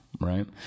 right